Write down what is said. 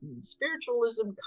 spiritualism